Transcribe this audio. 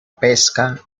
pesca